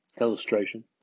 Illustration